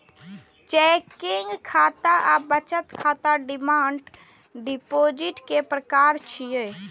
checking खाता आ बचत खाता डिमांड डिपोजिट के प्रकार छियै